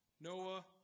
Noah